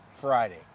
Friday